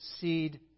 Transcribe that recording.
seed